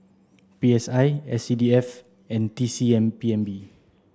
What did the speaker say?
P S I S C D F and T C M P N B